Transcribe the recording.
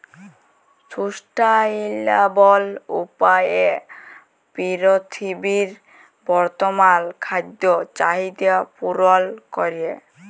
sustainable উপায়ে পীরথিবীর বর্তমাল খাদ্য চাহিদ্যা পূরল ক্যরে